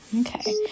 okay